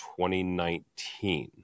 2019